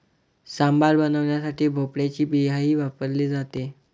सांबार बनवण्यासाठी भोपळ्याची बियाही वापरली जाते